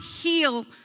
heal